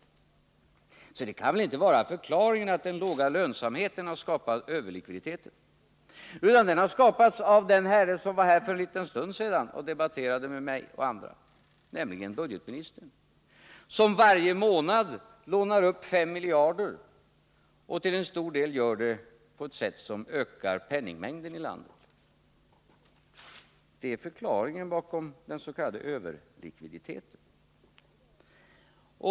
Så förklaringen kan väl inte vara att den låga lönsamheten har skapat överlikviditeten, utan den har skapats av den herre som var här för en liten stund sedan och debatterade med mig och andra, nämligen bugdetministern, som varje månad lånar upp 5 miljarder och till stor del gör det på ett sätt som ökar penningmängden i landet. Det är förklaringen till den s.k. överlikviditeten.